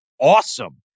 awesome